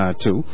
two